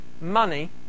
money